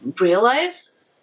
realize